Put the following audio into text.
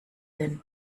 denn